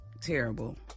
terrible